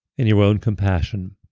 in your own compassion.